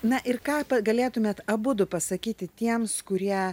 na ir ką galėtumėte abudu pasakyti tiems kurie